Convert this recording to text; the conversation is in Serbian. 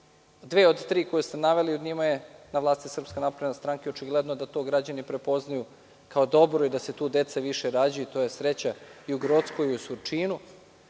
Dve od tri koje ste naveli, u njima je na vlasti SNS i očigledno je da to građani prepoznaju kao dobro i da se tu dece više rađa i to je sreća i u Grockoj i u Surčinu.